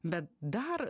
bet dar